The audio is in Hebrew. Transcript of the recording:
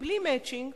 בלי "מצ'ינג",